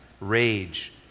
rage